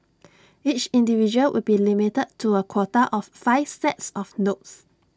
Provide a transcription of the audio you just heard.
each individual will be limited to A quota of five sets of notes